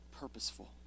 purposeful